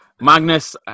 Magnus